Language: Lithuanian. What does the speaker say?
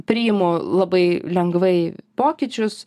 priimu labai lengvai pokyčius